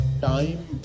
time